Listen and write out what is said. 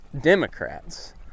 Democrats